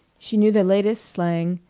she knew the latest slang,